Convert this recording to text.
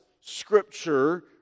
Scripture